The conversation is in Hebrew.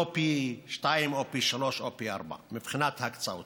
לא פי שניים או פי שלושה או פי ארבעה מבחינת הקצאות.